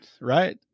right